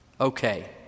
Okay